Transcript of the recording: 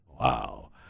Wow